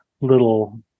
little